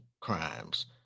crimes